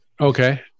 Okay